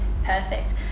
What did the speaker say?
perfect